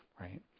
right